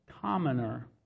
commoner